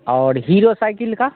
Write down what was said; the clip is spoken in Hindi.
और हीरो साइकिल का